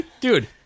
Dude